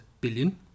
billion